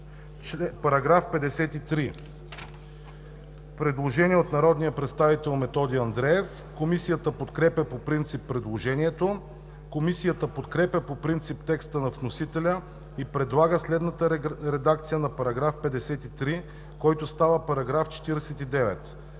народния представител Методи Андреев. Комисията подкрепя по принцип предложението. Комисията подкрепя по принцип текста на вносителя и предлага следната редакция на § 53, който става § 49: „§ 49.